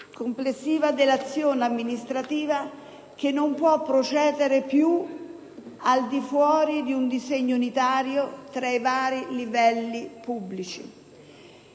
complessiva dell'azione amministrativa, che non può procedere più al di fuori di un disegno unitario tra i vari livelli pubblici.